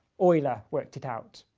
euler worked it out.